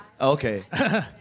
Okay